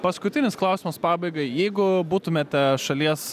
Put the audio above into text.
paskutinis klausimas pabaigai jeigu būtumėte šalies